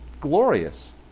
glorious